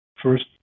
First